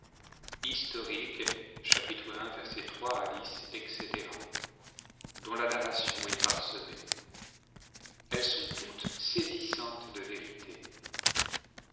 géographiques his et dont la narration est parsemée elles sont toutes saisissantes de vérité